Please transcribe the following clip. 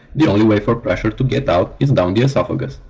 the only way for pressure to get out is down the esophagus.